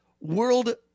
world